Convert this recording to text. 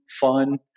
fun